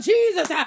Jesus